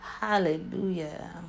Hallelujah